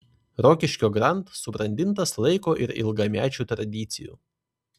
rokiškio grand subrandintas laiko ir ilgamečių tradicijų